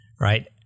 right